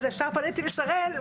אז ישר פניתי לשרן.